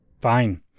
Fine